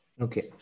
Okay